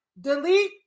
delete